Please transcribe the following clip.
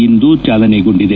ಇಂದು ಚಾಲನೆಗೊಂಡಿದೆ